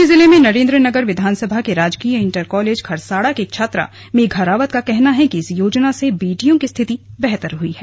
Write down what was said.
टिहरी जिले के नरेन्द्र नगर विधानसभा के राजकीय इण्टर कॉलेज खरसाड़ा की छात्रा मेघा रावत का कहना है इस योजना से बेटियों की स्थिति बेहतर हुई है